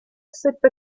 seppe